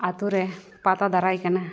ᱟᱹᱛᱩ ᱨᱮ ᱯᱟᱛᱟ ᱫᱟᱨᱟᱭ ᱟᱠᱟᱱᱟ